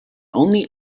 only